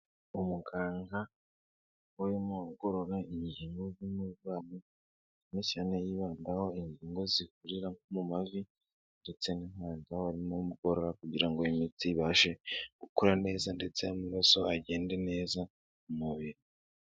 umuganga umo ugorora invuumuvan mi cyane yibandaho ingo zihurira mu mavi ndetse n'inkunga warimogororora kugira ngo imitsi ibashe gukura neza ndetse'amaraso agende neza mu mubiri